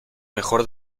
mejor